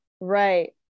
Right